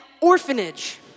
orphanage